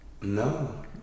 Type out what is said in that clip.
No